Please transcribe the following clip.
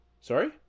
Sorry